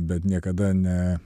bet niekada ne